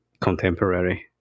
contemporary